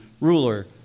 ruler